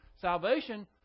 salvation